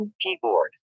Keyboard